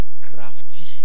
crafty